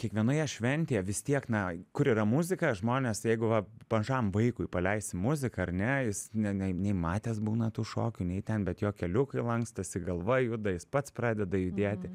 kiekvienoje šventėje vis tiek na kur yra muzika žmonės jeigu va mažam vaikui paleisi muziką ar ne jis ne ne nei matęs būna tų šokių nei ten bet jo keliukai lankstosi galva juda jis pats pradeda judėti